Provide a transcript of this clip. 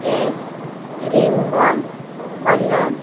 chess ring ball colour